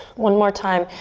one more time,